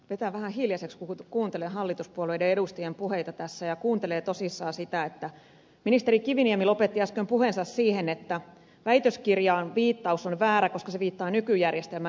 vetää vähän hiljaiseksi kun kuuntelee hallituspuolueiden edustajien puheita tässä ja kuuntelee tosissaan sitä kun ministeri kiviniemi lopetti äsken puheensa siihen että väitöskirjaan viittaus on väärä koska se viittaa nykyjärjestelmään